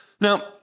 Now